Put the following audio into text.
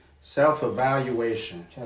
Self-evaluation